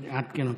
אני אעדכן אותך.